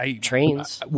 Trains